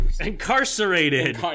incarcerated